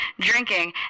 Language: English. drinking